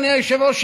אדוני היושב-ראש,